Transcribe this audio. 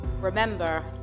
Remember